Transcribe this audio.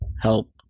help